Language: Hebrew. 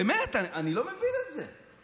באמת אני לא מבין את זה.